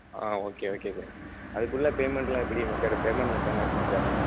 ஆ okay okay sir அதுக்குள்ளே பேமெண்ட்லாம் எப்படி மெத்தேர்டு பேமெண்ட் மெத்தேர்ட்யெலாம் எப்படி சார்